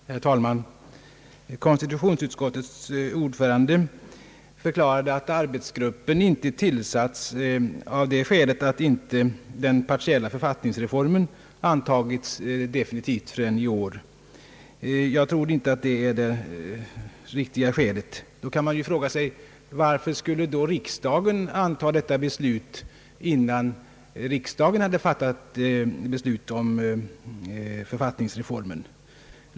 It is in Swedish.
Herr talman! Konstitutionsutskottets ordförande förklarade att skälet till att arbetsgruppen inte tillsatts är att den partiella författningsreformen inte antagits definitivt förrän i år. Jag tror inte att det är det verkliga skälet. Annars kan man fråga sig: Varför skulle riksdagen fatta detta beslut innan riksdagen beslutat om författningsreformen?